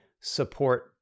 support